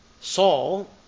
Saul